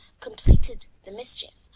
completed the mischief,